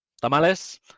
tamales